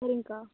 சரிங்கக்கா